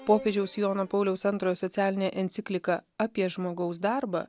popiežiaus jono pauliaus antro socialinė enciklika apie žmogaus darbą